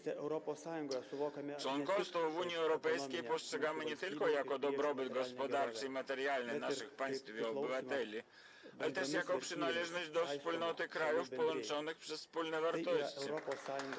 Członkostwo w Unii Europejskiej postrzegamy nie tylko jako dobrobyt gospodarczy i materialny naszych państw i obywateli, ale też jako przynależność do wspólnoty krajów połączonych przez wspólne wartości.